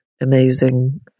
amazing